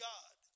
God